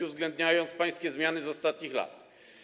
uwzględniając pańskie zmiany z ostatnich lat.